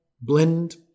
blend